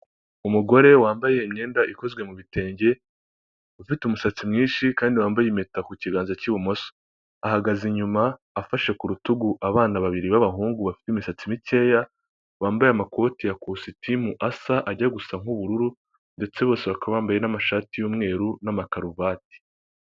Umugore wambaye imyenda ikozwe mu bitenge ufite umusatsi mwinshi kandi wambaye impeta ku kiganza cy'ibumoso, ahagaze inyuma afashe ku rutugu abana babiri b'abahungu bafite imisatsi mikeya, bambaye amakoti ya kositimu asa ajya gusa nk'ubururu ndetse bose bakaba bambaye n'amashati y'umweru n'amakaruvati.